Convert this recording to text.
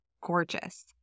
gorgeous